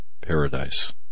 paradise